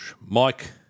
Mike